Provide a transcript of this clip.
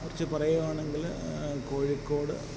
കുറിച്ച് പറയുകയാണെങ്കിൽ കോഴിക്കോട്